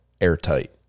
airtight